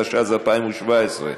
התשע"ז 2017,